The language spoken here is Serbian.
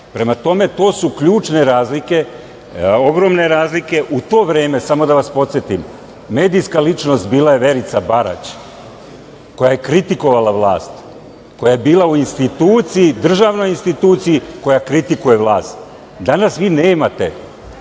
Prema tome, to su ključne razlike, ogromne razlike. U to vreme samo da vas podsetim medijska ličnost je bila Verica Barać koja je kritikovala vlast, koja je bila u instituciji, državnoj instituciji koja kritikuje vlast, danas vi nemate